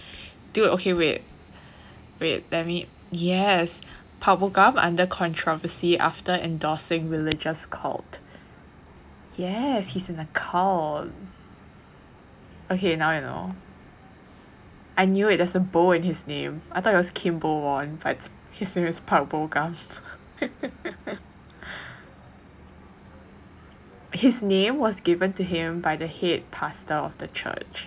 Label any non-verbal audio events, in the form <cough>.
dude okay wait wait let me yes under controversy after endorsing religious cult yes he's in a cult okay now you know I knew it there is a in his name I thought it was but his name is <laughs> his name was given to him by the head pastor of the church